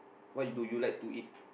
what do you like to eat